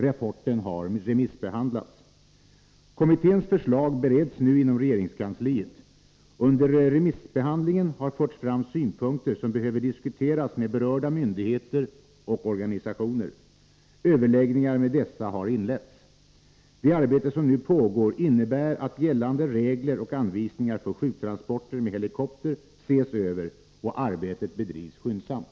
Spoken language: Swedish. Rapporten har remissbehandlats. Kommitténs förslag bereds nu inom regeringskansliet. Under remissbehandlingen har förts fram synpunkter som behöver diskuteras med berörda myndigheter och organisationer. Överläggningar med dessa har inletts. Det arbete som nu pågår innebär att gällande regler och anvisningar för sjuktransporter med helikopter ses över. Arbetet bedrivs skyndsamt.